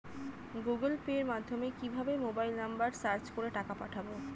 Google Pay মাধ্যমে কিভাবে mobile number search করে টাকা পাঠাবো?